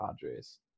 Padres